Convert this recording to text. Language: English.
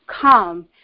come